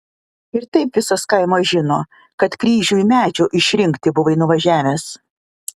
ir taip visas kaimas žino kad kryžiui medžio išrinkti buvai nuvažiavęs